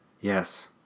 Yes